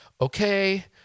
Okay